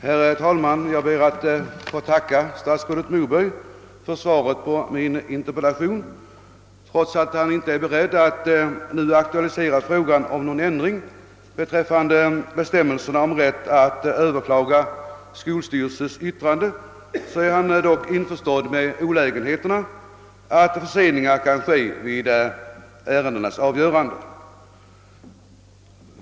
Herr talman! Jag ber att få tacka statsrådet Moberg för svaret på min interpellation. Trots att han inte är beredd att nu aktualisera frågan om en ändring beträffande bestämmelserna om rätt att överklaga skolstyrelses yttrande är han ändå införstådd med vilka olägenheter som är förenade med att förseningar kan inträffa i samband med ärendenas avgörande.